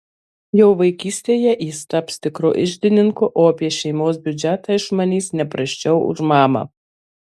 jau vaikystėje jis taps tikru iždininku o apie šeimos biudžetą išmanys ne prasčiau už mamą